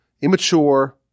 immature